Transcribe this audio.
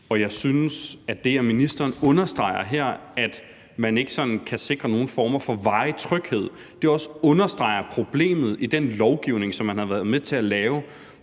Og jeg synes, at det, at ministeren understreger her, at man ikke sådan kan sikre nogen form for varig tryghed, også understreger problemet i den lovgivning, som man har været med til at lave